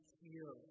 heal